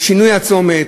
שינוי הצומת?